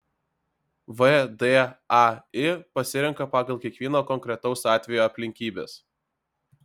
vdai pasirenka pagal kiekvieno konkretaus atvejo aplinkybes